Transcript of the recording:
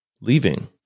leaving